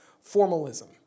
formalism